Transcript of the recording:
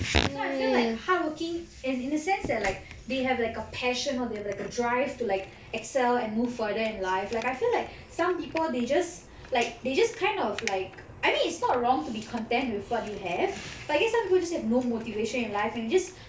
so I feel like hardworking as in a sense that like they have like a passion or they have like a drive to like excel and move further in life like I feel like some people they just like they just kind of like I mean it's not wrong to be content with what you have but I guess some people just have no motivation in life and just